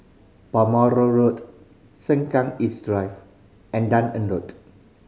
Balmoral Road Sengkang East Drive and Dunearn Road